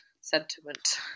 sentiment